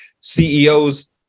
CEOs